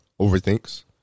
overthinks